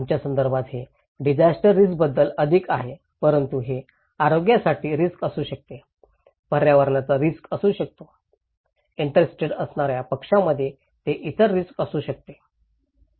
आमच्या संदर्भात हे डिजास्टर रिस्कबद्दल अधिक आहे परंतु हे आरोग्यासाठी रिस्क असू शकते पर्यावरणाचा रिस्क असू शकतो इंटरेस्टेड असणार्या पक्षांमध्ये हे इतर रिस्क असू शकते